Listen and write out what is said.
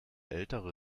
ältere